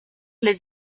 les